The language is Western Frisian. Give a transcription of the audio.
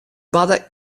barde